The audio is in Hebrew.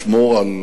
לשמור על